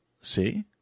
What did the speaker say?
See